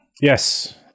yes